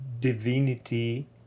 divinity